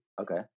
Okay